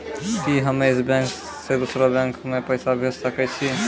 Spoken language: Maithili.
कि हम्मे इस बैंक सें दोसर बैंक मे पैसा भेज सकै छी?